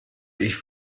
ich